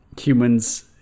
humans